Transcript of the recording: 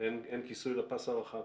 "אין כיסוי לפס הרחב".